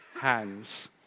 hands